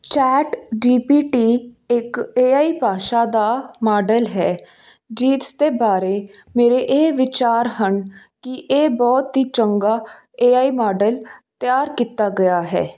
chat G P T ਇੱਕ A I ਭਾਸ਼ਾ ਦਾ ਮਾਡਲ ਹੈ ਜਿਸ ਦੇ ਬਾਰੇ ਮੇਰੇ ਇਹ ਵਿਚਾਰ ਹਨ ਕਿ ਇਹ ਬੁਹਤ ਹੀ ਚੰਗਾ ਏ ਆਈ ਮਾਡਲ ਤਿਆਰ ਕੀਤਾ ਗਿਆ ਹੈ